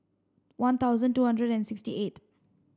one thousand two hundred and sixty eight